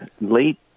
late